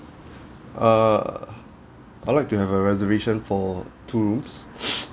err I'd like to have a reservation for two rooms